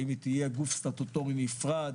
האם תהיה גוף סטטוטורי נפרד?